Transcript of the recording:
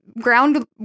ground